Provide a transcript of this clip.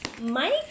Mike